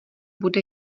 bude